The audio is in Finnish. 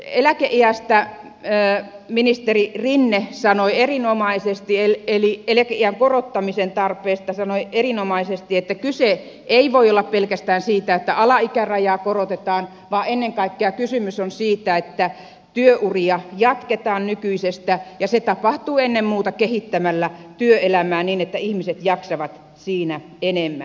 eläkeiän korottamisen tarpeesta ministeri rinne sanoi erinomaisestiel eli eläkeiän korottamisen tarpeesta sanoi erinomaisesti että kyse ei voi olla pelkästään siitä että alaikärajaa korotetaan vaan ennen kaikkea kysymys on siitä että työuria jatketaan nykyisestä ja se tapahtuu ennen muuta kehittämällä työelämää niin että ihmiset jaksavat siinä enemmän